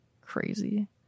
Crazy